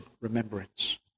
remembrance